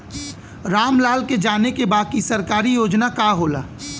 राम लाल के जाने के बा की सरकारी योजना का होला?